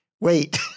wait